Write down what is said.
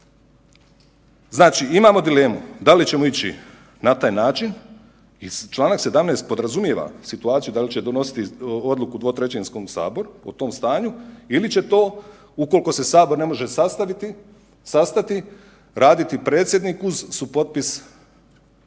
Znači imamo dilemu da li ćemo ići na taj način i čl. 17. podrazumijeva situaciju da li će donositi odluku dvotrećinskom saboru o tom stanju ili će to ukoliko se Sabor ne može sastati raditi predsjednik uz supotpis